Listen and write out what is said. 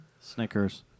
Snickers